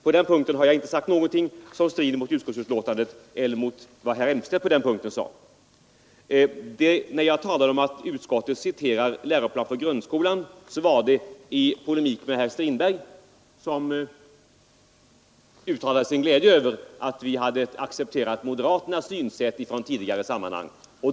På den punkten har jag inte sagt någonting som strider mot utskottets betänkande eller mot vad herr Elmstedt anförde När jag talade om att utskottet citerade läroplanen för grundskolan gjorde jag det i polemik med herr Strindberg, som uttalade sin glädje över att vi hade accepterat moderaternas tidigare synsätt.